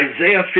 Isaiah